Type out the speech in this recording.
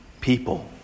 people